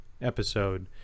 episode